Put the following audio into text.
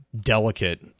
delicate